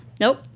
Nope